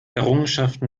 errungenschaften